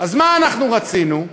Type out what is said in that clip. אז מה אנחנו רצינו?